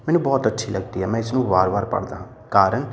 ਮੈਨੂੰ ਬਹੁਤ ਅੱਛੀ ਲੱਗਦੀ ਹੈ ਮੈਂ ਇਸ ਨੂੰ ਵਾਰ ਵਾਰ ਪੜ੍ਹਦਾ ਹਾਂ ਕਾਰਨ